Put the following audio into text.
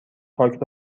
پاک